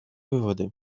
выводы